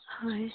হয়